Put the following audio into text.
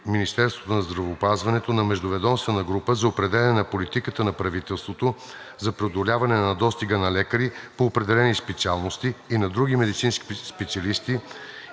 Министерството на здравеопазването на междуведомствена група за определяне на политиката на правителството за преодоляване на недостига на лекари по определени специалности и на други медицински специалисти.